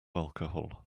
alcohol